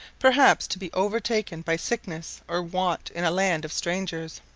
perhaps to be overtaken by sickness or want in a land of strangers.